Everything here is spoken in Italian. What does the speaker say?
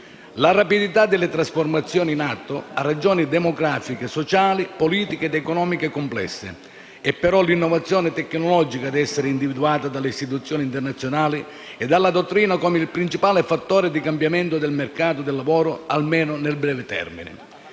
La rapidità delle trasformazioni in atto ha ragioni demografiche, sociali, politiche ed economiche complesse; è però l’innovazione tecnologica ad essere individuata dalle istituzioni internazionali e dalla dottrina come il principale fattore di cambiamento del mercato dei lavoro, almeno nel breve termine.